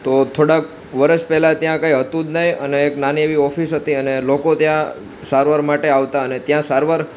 તો થોડાક વરસ પહેલાં ત્યાં કંઈ હતું જ નહીં અને એક નાની એવી ઓફિસ હતી અને લોકો ત્યાં સારવાર માટે આવતા અને ત્યાં સારવાર